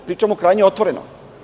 Pričamo krajnje otvoreno.